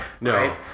No